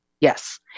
Yes